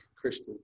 Christian